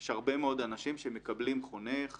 יש הרבה מאוד אנשים שמקבלים חונך מוכשר,